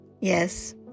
Yes